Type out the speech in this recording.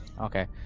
Okay